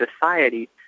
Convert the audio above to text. society